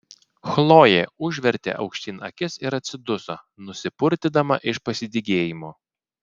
chlojė užvertė aukštyn akis ir atsiduso nusipurtydama iš pasidygėjimo